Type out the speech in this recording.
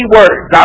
words